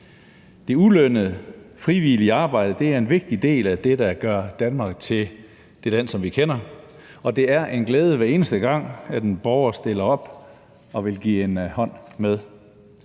Det ulønnede frivillige arbejde er en vigtig del af det, der gør Danmark til det land, som vi kender, og det er en glæde, hver eneste gang en borger stiller op og vil give en hånd med.